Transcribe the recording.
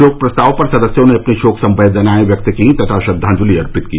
शोक प्रस्तावों पर सदस्यों ने अपनी शोक संवेदनाये व्यक्त की तथा श्रद्दांजलि अर्पित की